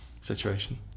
situation